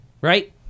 right